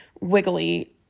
wiggly